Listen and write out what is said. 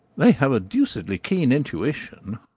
they have a deucedly keen intuition